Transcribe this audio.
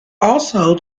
also